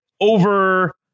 over